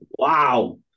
Wow